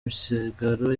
misigaro